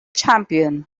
champion